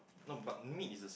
no but meat is the same